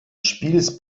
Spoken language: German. spiels